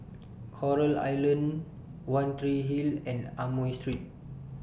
Coral Island one Tree Hill and Amoy Street